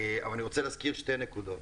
אבל אני רוצה להזכיר שתי נקודות.